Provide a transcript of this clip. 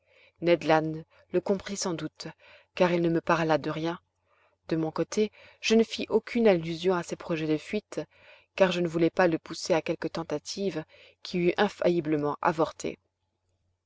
le comprit sans doute car il ne me parla de rien de mon côté je ne fis aucune allusion à ses projets de fuite car je ne voulais pas le pousser à quelque tentative qui eût infailliblement avorté